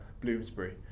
Bloomsbury